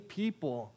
people